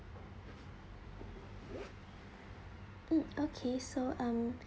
mm okay so um